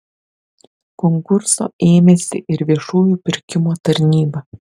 konkurso ėmėsi ir viešųjų pirkimų tarnyba